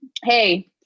Hey